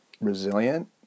resilient